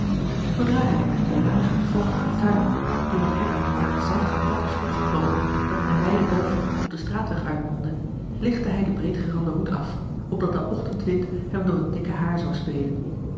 zoodra hij uit den lagen vochtigen tuin door het hek naar het zandige pad was opgeklommen dat met een wijden boog op den straatweg uitmondde lichtte hij den breedgeranden hoed af opdat de ochtendwind hem door het dikke haar zou spelen